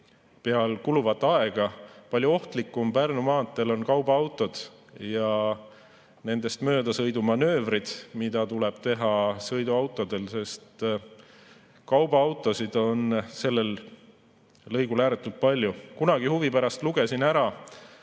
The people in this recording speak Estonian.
peal kuluvat aega. Palju ohtlikumad Pärnu maanteel on kaubaautod ja nendest möödasõidu manöövrid, mida tuleb teha sõiduautodel, sest kaubaautosid on sellel lõigul ääretult palju. Kunagi huvi pärast lugesin neid